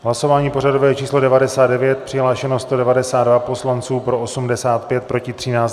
Hlasování pořadové číslo 99, přihlášeno 192 poslanců, pro 85, proti 13.